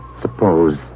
suppose